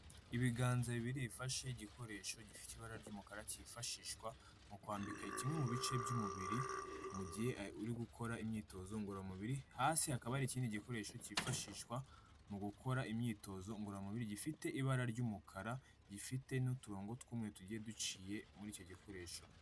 Ibiganza bibiri bifashe igikoresho cy'ibara ry'umukara cyifashishwa mu kwambika kimwe mu bice by'umubiri mu gihe uri gukora imyitozo ngororamubiri hasi hakaba hari ikindi gikoresho cyifashishwa mu gukora imyitozo ngororamubiri gifite ibara ry'umukara gifite n'uturongo tugiye duciye muri icyo gikoresho.